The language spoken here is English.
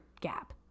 gap